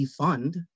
defund